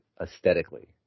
aesthetically